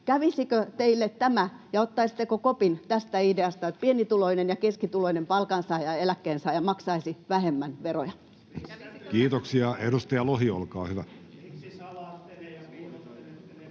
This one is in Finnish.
kävisikö teille tämä ja ottaisitteko kopin tästä ideasta, että pienituloinen ja keskituloinen palkansaaja ja eläkkeensaaja maksaisivat vähemmän veroja? [Ben Zyskowicz: Missä